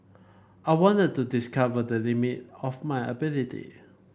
I wanted to discover the limit of my ability